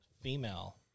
female